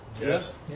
yes